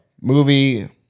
movie